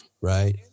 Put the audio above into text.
Right